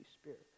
Spirit